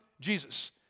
Jesus